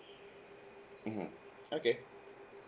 mmhmm okay